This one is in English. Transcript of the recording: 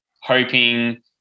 hoping